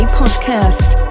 podcast